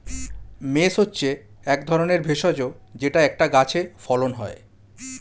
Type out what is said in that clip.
mace হচ্ছে এক ধরনের ভেষজ যেটা একটা গাছে ফলন হয়